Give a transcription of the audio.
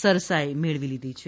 સરસાઇ મેળવી લીધી છે